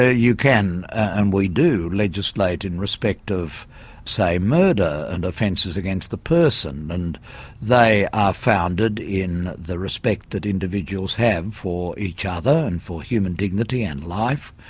ah you can and we do legislate in respect of say murder and offences against the person and they are founded in the respect that individuals have for each other and for human dignity and life.